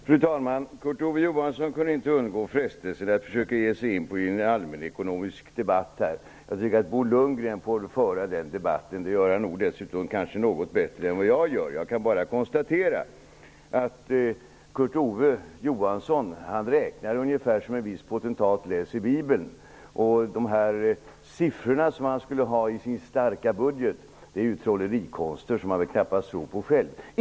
Fru talman! Kurt Ove Johansson kunde inte undgå frestelsen att försöka ge sig in på en allmänekonomisk debatt. Jag tycker att Bo Lundgren får föra den debatten. Det gör han dessutom kanske något bättre än jag gör. Jag kan bara konstatera att Kurt Ove Johansson räknar som en viss potentat läser Bibeln. De siffror som han skulle ha i sin starka budget är trollerikonster som han väl knappast tror på själv.